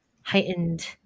heightened